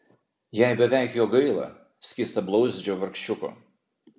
jai beveik jo gaila skystablauzdžio vargšiuko